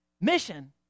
Mission